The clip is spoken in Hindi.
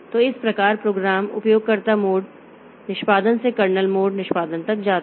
तो इस प्रकार प्रोग्राम उपयोगकर्ता मोड निष्पादन से कर्नेल मोड निष्पादन तक जाता है